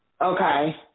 Okay